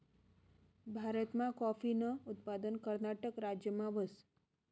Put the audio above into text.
भारतमा काॅफीनं उत्पादन कर्नाटक राज्यमा व्हस